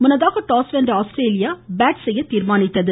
முன்னதாக டாஸ் வென்ற Australia bat செய்ய தீர்மானித்தது